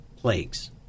plagues